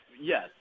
Yes